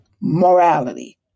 Morality